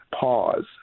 pause